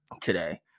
today